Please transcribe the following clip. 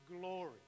glory